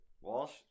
Walsh